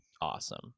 Awesome